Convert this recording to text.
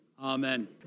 Amen